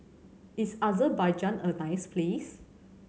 is Azerbaijan a nice place